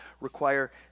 require